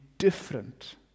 different